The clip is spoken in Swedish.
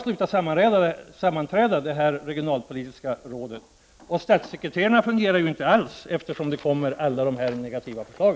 Nu har det regionalpolitiska rådet slutat sammanträda, och statssekreterarna fungerar tydligen inte alls, eftersom de kommer med alla dessa negativa förslag.